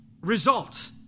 result